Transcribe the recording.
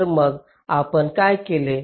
तर मग आपण काय केले